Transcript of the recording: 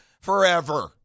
forever